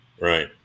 right